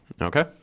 Okay